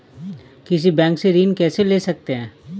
किसी बैंक से ऋण कैसे ले सकते हैं?